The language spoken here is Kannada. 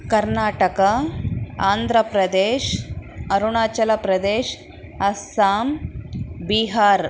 ಕರ್ನಾಟಕ ಆಂಧ್ರ ಪ್ರದೇಶ್ ಅರುಣಾಚಲ ಪ್ರದೇಶ್ ಅಸ್ಸಾಂ ಬಿಹಾರ್